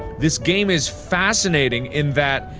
this game is fascinating in that,